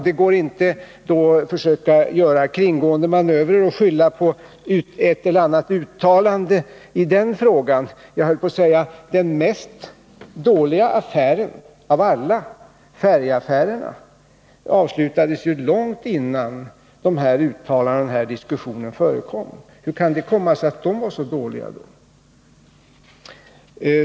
Det går inte att komma ifrån genom några kringgående manövrer som att skylla på ett eller annat uttalande i frågan. De sämsta affärerna av dem alla — färjeaffärerna — avslutades långt innan den här diskussionen fördes. Hur kan det i så fall komma sig att de var så dåliga?